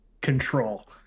control